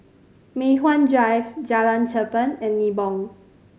Mei Hwan Drive Jalan Cherpen and Nibong